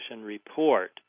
report